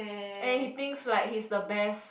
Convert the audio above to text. and he thinks like he's the best